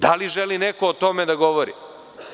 Da li želi neko o tome da govori?